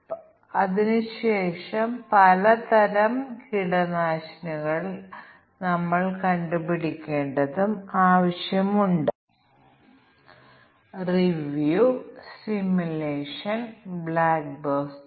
ഞങ്ങൾക്ക് മറ്റ് സംസ്ഥാന വേരിയബിളുകൾ ഉണ്ടായിരിക്കാം അത് പ്രോഗ്രാമിന്റെ വ്യത്യസ്ത ഘടകങ്ങളെയും വ്യത്യസ്ത ഘടകങ്ങളുടെ പെരുമാറ്റത്തെയും ബാധിച്ചേക്കാം